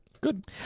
Good